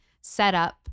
setup